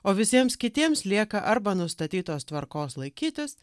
o visiems kitiems lieka arba nustatytos tvarkos laikytis